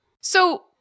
So-